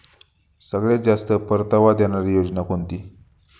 सगळ्यात जास्त परतावा देणारी योजना कोणती?